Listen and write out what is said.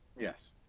Yes